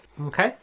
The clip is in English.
Okay